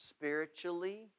spiritually